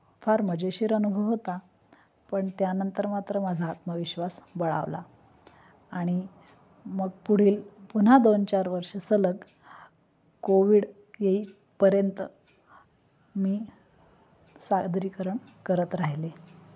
फार मजेशीर अनुभव होता पण त्यानंतर मात्र माझा आत्मविश्वास बळावला आणि मग पुढील पुन्हा दोन चार वर्ष सलग कोविड येईपर्यंत मी सादरीकरण करत राहिले